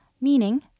meaning